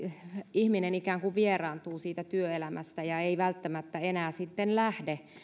ihminen ikään kuin vieraantuu työelämästä eikä välttämättä enää sitten lähde